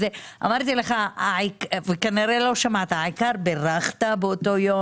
שאלתי אותך: "העיקר בירכת באותו היום?".